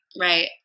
right